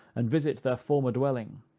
and visit their former dwelling.